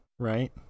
Right